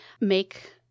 make